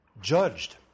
judged